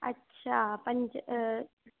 अच्छा पंज